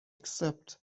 except